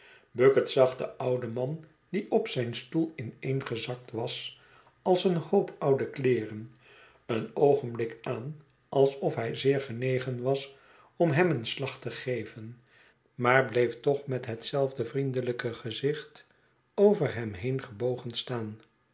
bucket zag den ouden man die op zijn stoel ineengezakt was als een hoop oude kleeren een oogenblik aan alsof hij zeer genegen was om hem een slag te geven maar bleef toch met hetzelfde vriendelijke gezicht over hem heen gebogen staan